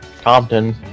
Compton